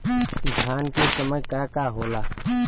धान के समय का का होला?